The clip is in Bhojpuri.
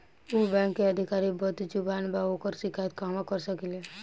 उ बैंक के अधिकारी बद्जुबान बा ओकर शिकायत कहवाँ कर सकी ले